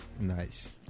Nice